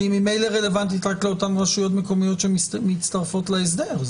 שהיא ממילא רלוונטית רק לאותן רשויות מקומיות שמצטרפות להסדר.